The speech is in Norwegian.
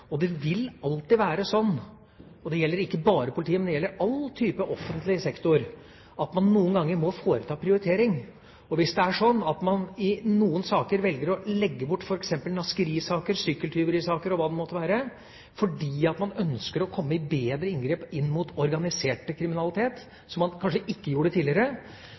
Det vil alltid være sånn – og det gjelder ikke bare politiet, men all type offentlig sektor – at man noen ganger må foreta prioritering. Hvis det er sånn at man i noen saker velger å legge bort f.eks. naskerisaker, sykkeltyverisaker og hva det måtte være fordi man ønsker bedre inngrep mot organisert kriminalitet, som man kanskje ikke gjorde tidligere,